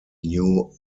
new